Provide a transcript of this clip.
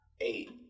Eight